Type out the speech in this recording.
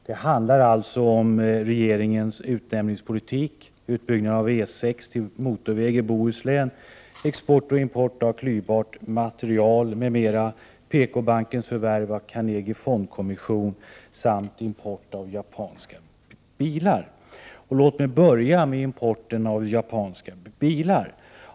Det handlar alltså om regeringens utnämningspolitik, utbyggnad av E 6 till motorväg i Bohuslän, export och import av klyvbart material m.m., PKbankens förvärv av Carnegie Fondkommission AB samt import av japanska bilar. Låt mig börja med importen av japanska bilar.